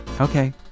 okay